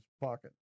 pocket